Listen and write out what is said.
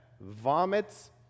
vomits